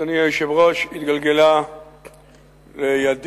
אדוני היושב-ראש, התגלגלה לידי,